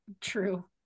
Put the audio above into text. True